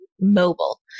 mobile